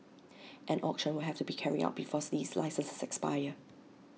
an auction will have to be carried out before these licenses expire